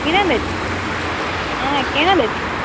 केहन अछि हँ केहन अछि